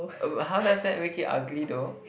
um how does that make it ugly though